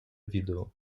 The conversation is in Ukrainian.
відео